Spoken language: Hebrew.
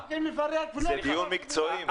אתה תשתוק --- זה דיון מקצועי.